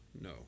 no